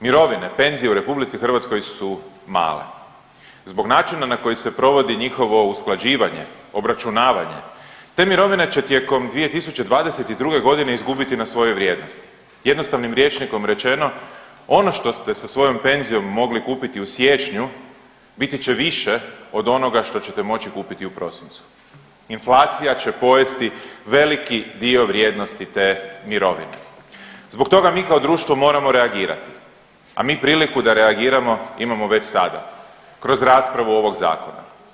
Mirovine, penzije u RH su male, zbog načina na koji se provodi njihovo usklađivanje, obračunavanje te mirovine će tijekom 2022.g. izgubiti na svojoj vrijednosti, jednostavnim rječnikom rečeno ono što ste sa svojom penzijom mogli kupiti u siječnju biti će više od onoga što ćete moći kupiti u prosincu, inflacija će pojesti veliki dio vrijednosti te mirovine, zbog toga mi kao društvo moramo reagirati, a mi priliku da reagiramo imamo već sada kroz raspravu ovog zakona.